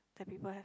that people have